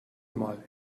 mal